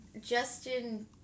Justin